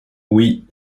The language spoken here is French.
oui